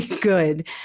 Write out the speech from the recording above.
good